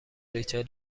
ریچل